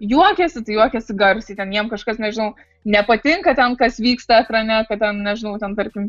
juokiasi tai juokiasi garsiai ten jiems kažkas nežinau nepatinka ten kas vyksta ekrane tai ten nežinau ten tarkim